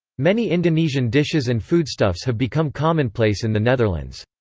many indonesian dishes and foodstuffs have become commonplace in the netherlands.